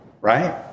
right